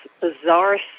bizarre